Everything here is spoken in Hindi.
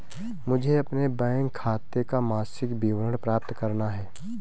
मुझे अपने बैंक खाते का मासिक विवरण प्राप्त करना है?